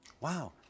wow